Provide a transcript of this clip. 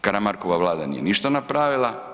Karamarkova Vlada nije ništa napravila.